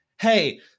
hey